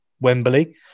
Wembley